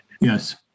Yes